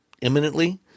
imminently